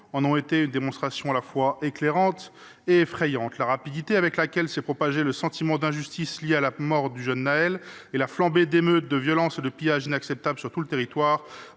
en ont été une démonstration à la fois éclairante et effrayante. La propagation fulgurante du sentiment d’injustice lié à la mort du jeune Nahel et la flambée d’émeutes, de violences et de pillages inacceptables sur tout le territoire